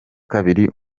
kabiri